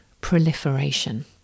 proliferation